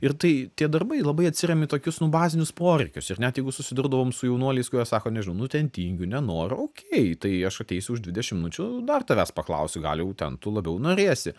ir tai tie darbai labai atsiremia į tokius nu bazinius poreikius ir net jeigu susidraugavom su jaunuoliais kurie sako nežinau nu ten tingiu nenoriu okei tai aš ateisiu už dvidešim minučių dar tavęs paklausiu gal jau ten tu labiau norėsi